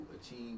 achieve